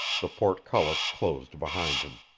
the portcullis closed behind him.